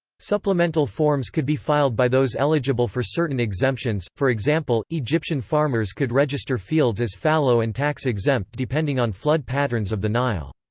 supplemental forms could be filed by those eligible for certain exemptions for example, egyptian farmers could register fields as fallow and tax-exempt depending on flood patterns of the nile.